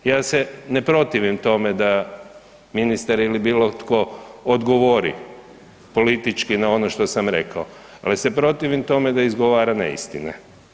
Ja se ne protivim tome da ministar ili bilo tko odgovori politički na ono što sam rekao, ali se protivim tome da izgovara neistine.